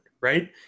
right